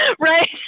Right